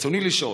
רצוני לשאול: